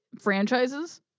franchises